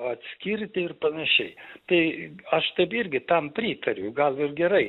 atskirti ir panašiai tai aš taip irgi tam pritariu gal ir gerai